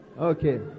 Okay